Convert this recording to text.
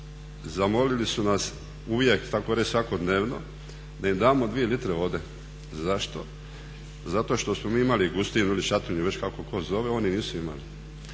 zamolili su nas uvijek, takoreći svakodnevno da im damo dvije litre vode. Zašto? Zato što smo mi imali …/Govornik se ne razumije./… ili već kako tko zove, oni nisu imali.